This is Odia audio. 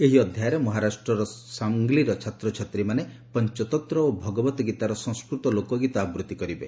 ଏହି ଅଧ୍ୟାୟରେ ମହାରାଷ୍ଟ୍ରର ସାଂଗ୍ଲିର ଛାତ୍ରଛାତ୍ରୀମାନେ ପଞ୍ଚତନ୍ତ୍ର ଓ ଭଗବତ୍ ଗୀତାର ସଂସ୍କୃତ ଲୋକଗୀତ ଆବୃଭି କରିବେ